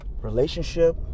relationship